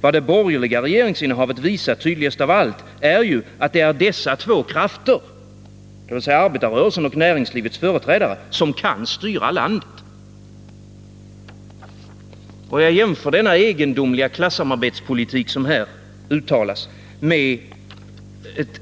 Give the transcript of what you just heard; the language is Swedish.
Vad det borgerliga regeringsinnehavet visat tydligast av allt är ju att det är dessa två krafter,” — dvs. arbetarrörelsen och näringslivets företrädare —” som kan styra landet ———-.” Jag jämför denna egendomliga klassamarbetspolitik som här uttalats med